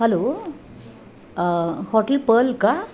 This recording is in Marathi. हॅलो हॉटेल पल का